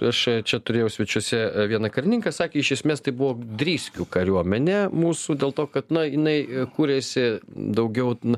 aš čia čia turėjau svečiuose vieną karininką sakė iš esmės tai buvo driskių kariuomenė mūsų dėl to kad na jinai kuriasi daugiau